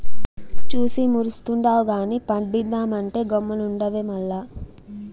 చూసి మురుస్తుండావు గానీ పండిద్దామంటే గమ్మునుండావే మల్ల